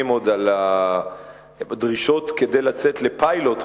על הדרישות כדי לצאת לפיילוט בכלל,